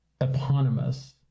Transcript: eponymous